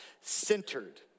Centered